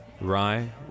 rye